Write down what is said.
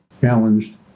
challenged